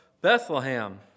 Bethlehem